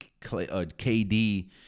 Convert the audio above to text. KD